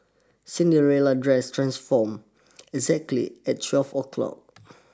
Cinderella's dress transformed exactly at twelve o'clock